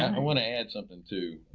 i want to add something to.